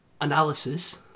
analysis